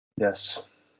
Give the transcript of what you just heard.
Yes